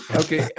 okay